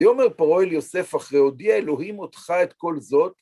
היא אומרת, פרוייל יוסף אחרי הודיע, אלוהים אותך את כל זאת.